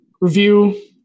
review